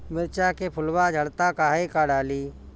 मिरचा के फुलवा झड़ता काहे का डाली?